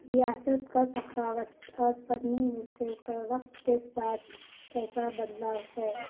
ریاست کا سخاوت اور فنی وقت کے ساتھ کیسا بدلاؤ ہے